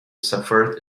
suffered